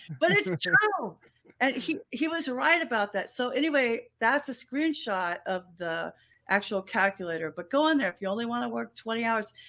but it's, you know and he, he was right about that. so anyway, that's a screenshot of the actual calculator. but go in there. if you only want to work twenty hours,